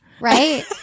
right